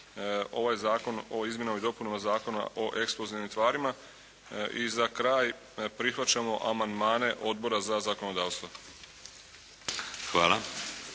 ovaj Zakon o izmjenama i dopunama Zakona o eksplozivnim tvarima. I za kraj prihvaćamo amandmane Odbora za zakonodavstvo.